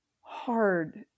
hard